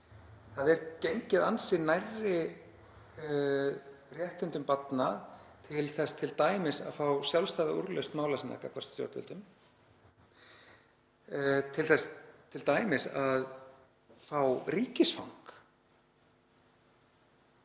Það er gengið ansi nærri réttindum barna til þess t.d. að fá sjálfstæða úrlausn mála sinna gagnvart stjórnvöldum, til þess t.d. að fá ríkisfang.